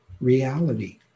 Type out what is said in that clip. reality